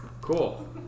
Cool